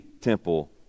temple